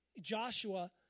Joshua